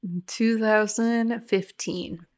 2015